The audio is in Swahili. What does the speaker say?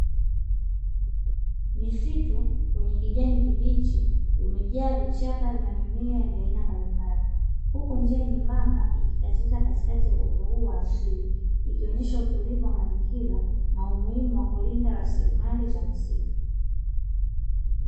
Misitu kwenye kijani kibichi imejaa vichaka na mimea vya aina mbalimbali, huku njia nyembamba ikikatiza katikati ya uoto huo wa asili, ikionyesha utulivu wa mazingira na umuhimu wa kulinda rasilimali za misitu.